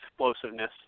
explosiveness